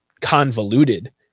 convoluted